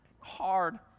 hard